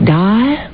die